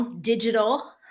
digital